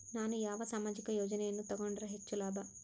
ನಾನು ಯಾವ ಸಾಮಾಜಿಕ ಯೋಜನೆಯನ್ನು ತಗೊಂಡರ ಹೆಚ್ಚು ಲಾಭ?